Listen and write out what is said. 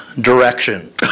direction